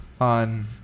on